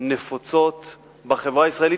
נפוצות בחברה הישראלית,